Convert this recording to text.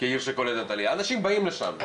כעיר קולטת עלייה, אנשים באים לשם.